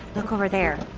look over there.